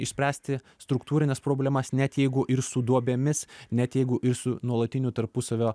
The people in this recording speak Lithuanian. išspręsti struktūrines problemas net jeigu ir su duobėmis net jeigu ir su nuolatiniu tarpusavio